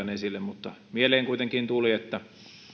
asian esille mieleen kuitenkin tuli että